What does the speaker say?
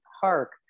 park